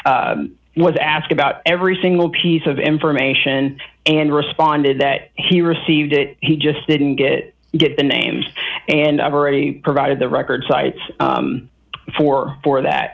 d was asked about every single piece of information and responded that he received it he just didn't get get the names and i've already provided the record cites for for that